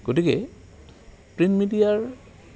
গতিকে প্ৰিণ্ট মিডিয়াৰ